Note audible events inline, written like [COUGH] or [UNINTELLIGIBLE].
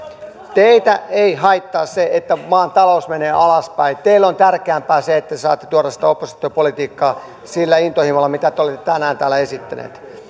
teitä ei haittaa se että maan talous menee alaspäin teille on tärkeämpää se että te saatte tuoda sitä oppositiopolitiikkaa sillä intohimolla mitä te olette tänään täällä esittäneet [UNINTELLIGIBLE]